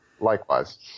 Likewise